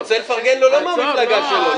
אבל הוא רוצה לפרגן לו לא מהמפלגה שלו.